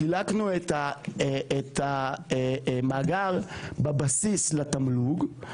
חילקנו את המאגר בבסיס לתמלוג,